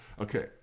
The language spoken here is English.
Okay